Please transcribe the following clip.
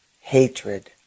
hatred